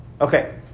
Okay